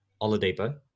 Oladipo